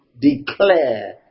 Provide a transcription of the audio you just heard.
declare